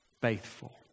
faithful